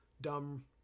dumb